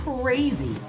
crazy